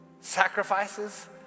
sacrifices